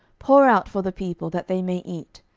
pour out for the people, that they may eat.